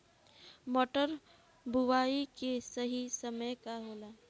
मटर बुआई के सही समय का होला?